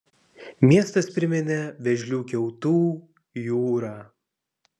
miestas priminė vėžlių kiautų jūrą